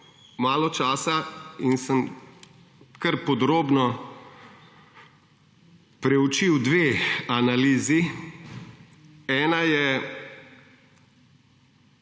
malo časa in sem kar podrobno preučil dve analizi, ena je